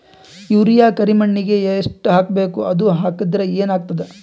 Urea ಕರಿಮಣ್ಣಿಗೆ ಎಷ್ಟ್ ಹಾಕ್ಬೇಕ್, ಅದು ಹಾಕದ್ರ ಏನ್ ಆಗ್ತಾದ?